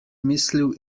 mislil